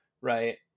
Right